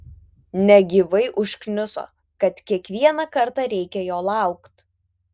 negyvai užkniso kad kiekvieną kartą reikia jo laukt